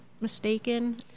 mistaken